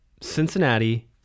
Cincinnati